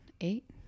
Eight